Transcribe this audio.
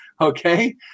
okay